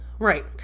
Right